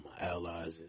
allies